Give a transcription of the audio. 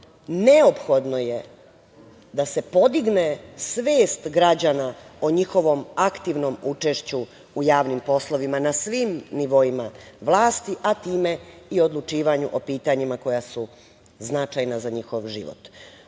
Neophodno je da se podigne svest građana o njihovom aktivnom učešću u javnim poslovima na svim nivoima vlasti, a time i odlučivanju o pitanjima koja su značajna za njihov život.